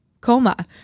coma